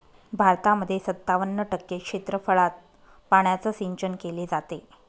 भारतामध्ये सत्तावन्न टक्के क्षेत्रफळात पाण्याचं सिंचन केले जात